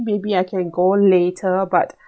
maybe I can go later but